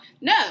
no